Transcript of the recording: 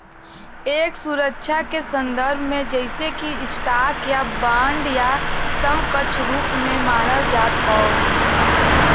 एक सुरक्षा के संदर्भ में जइसे कि स्टॉक या बांड या समकक्ष रूप में मानल जात हौ